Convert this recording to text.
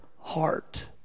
heart